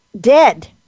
dead